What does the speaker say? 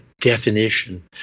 definition